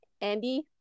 andy